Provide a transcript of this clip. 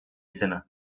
izena